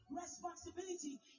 responsibility